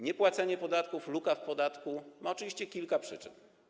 Niepłacenie podatków, luka w podatkach ma oczywiście kilka przyczyn.